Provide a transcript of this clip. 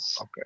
okay